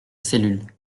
cellule